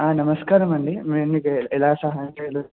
నమస్కారం అండి మేము మీకు ఎలా సహాయం చేయగలం